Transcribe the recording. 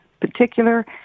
particular